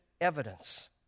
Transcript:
evidence